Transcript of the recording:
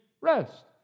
rest